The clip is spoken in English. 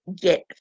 get